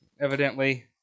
evidently